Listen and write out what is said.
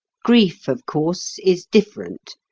grief, of course, is different,